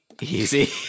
easy